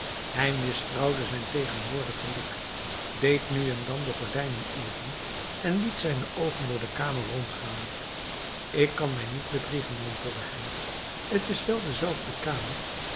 hij mistrouwde zijn tegenwoordig geluk deed nu en dan de gordijnen open en liet zijne oogen door de kamer rondgaan ik kan mij niet bedriegen mompelde hij het is wel de zelfde kamer